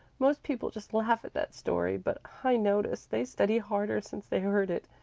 most people just laugh at that story, but i notice they study harder since they heard it.